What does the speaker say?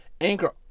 Anchor